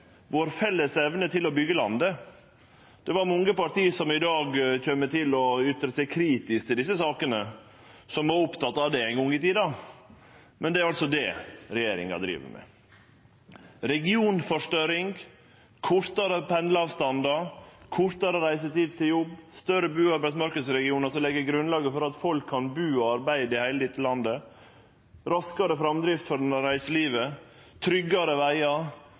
vår felles evne til å byggje landet. Det er mange parti som i dag kjem til å ytre seg kritisk til desse sakene, som var opptatt av det ein gong i tida, men det er altså det regjeringa driv med. Regionforstørring, kortare pendleavstandar, kortare reisetid til jobb, større bu- og arbeidsmarknadsregionar som legg grunnlaget for at folk kan bu og arbeide i heile dette landet, raskare framdrift for reiselivet, tryggare vegar